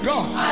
God